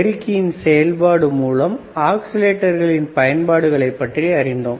பெருக்கியின் செயல்பாடு மூலம் ஆஸிலேட்டர்களின் பயன்பாடுகளைப் பற்றி அறிந்தோம்